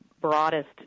broadest